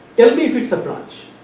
tell me, if it is a branch,